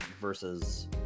versus